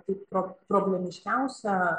tai pro problemiškiausia